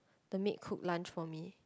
the maid cooked lunch for me